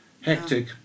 hectic